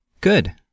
Good